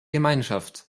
gemeinschaft